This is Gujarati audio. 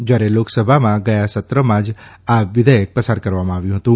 જયારે લોકસભામાં ગયા સત્રમાં આ વિધેયક પસાર કરવામાં આવ્યું હતું